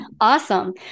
Awesome